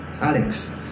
Alex